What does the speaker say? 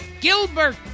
Gilbert